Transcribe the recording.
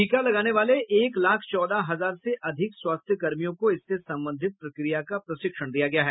टीका लगाने वाले एक लाख चौदह हजार से अधिक स्वास्थ्यकर्मियों को इससे संबंधित प्रक्रिया का प्रशिक्षण दिया गया है